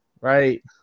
right